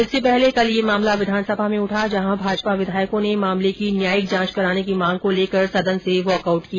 इससे पहले कल यह मामला विधानसभा में उठा जहां भाजपा विधायकों ने मामले की न्यायिक जांच कराने की मांग को लेकर सदन से वॉक आउट किया